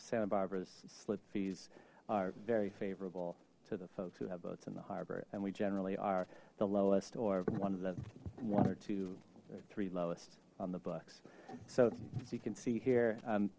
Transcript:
santa barbara's slip fees are very favorable to the folks who have boats in the harbor and we generally are the lowest or one of the one or two three lowest on the books so as you can see here